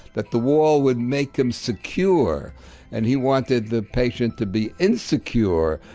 that the wall would make them secure and he wanted the patient to be insecure.